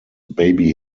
baby